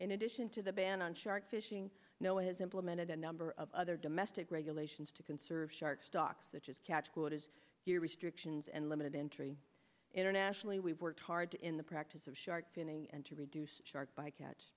in addition to the ban on shark fishing no one has implemented a number of other domestic regulations to conserve shark stocks such as catch quotas here restrictions and limited entry internationally we've worked hard in the practice of shark finning and to reduce shark bycatch